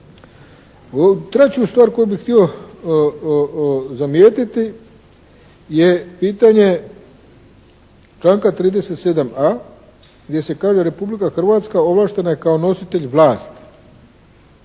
Treću stvar koju bih htio zamijetiti je pitanje članka 37a). gdje se kaže: “Republika Hrvatska ovlaštena je kao nositelj vlasti